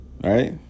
right